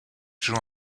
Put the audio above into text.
joue